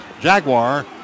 Jaguar